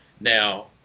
Now